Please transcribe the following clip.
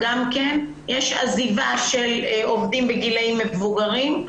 יש עזיבה של עובדים בגילאים מבוגרים בשל